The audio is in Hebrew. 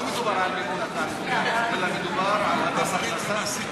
לא מדובר על מימון התעסוקה, אלא מדובר על, ברור,